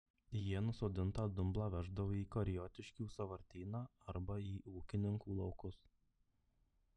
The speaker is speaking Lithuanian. jie nusodintą dumblą veždavo į kariotiškių sąvartyną arba į ūkininkų laukus